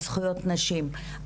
על זכויות נשים,